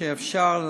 שיאפשר,